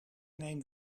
neem